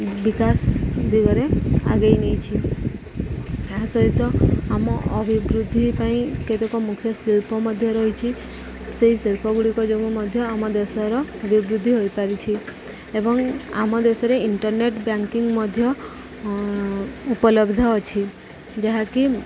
ବିକାଶ ଦିଗରେ ଆଗେଇ ନେଇଛି ଏହା ସହିତ ଆମ ଅଭିବୃଦ୍ଧି ପାଇଁ କେତେକ ମୁଖ୍ୟ ଶିଳ୍ପ ମଧ୍ୟ ରହିଛି ସେହି ଶିଳ୍ପ ଗୁଡ଼ିକ ଯୋଗୁଁ ମଧ୍ୟ ଆମ ଦେଶର ଅଭିବୃଦ୍ଧି ହୋଇପାରିଛି ଏବଂ ଆମ ଦେଶରେ ଇଣ୍ଟର୍ନେଟ୍ ବ୍ୟାଙ୍କିଂ ମଧ୍ୟ ଉପଲବ୍ଧ ଅଛି ଯାହାକି